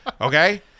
Okay